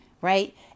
right